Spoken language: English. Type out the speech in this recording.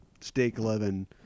steak-loving